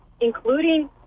including